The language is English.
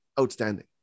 outstanding